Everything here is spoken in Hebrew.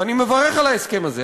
ואני מברך על ההסכם הזה,